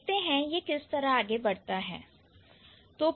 देखते हैं यह किस तरह आगे बढ़ता है